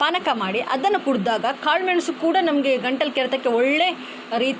ಪಾನಕ ಮಾಡಿ ಅದನ್ನು ಕುಡಿದಾಗ ಕಾಳುಮೆಣ್ಸು ಕೂಡ ನಮಗೆ ಗಂಟಲು ಕೆರೆತಕ್ಕೆ ಒಳ್ಳೆಯ ರೀತಿಯ